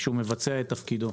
כשהוא מבצע את תפקידו.